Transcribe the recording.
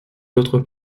autres